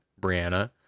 brianna